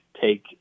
take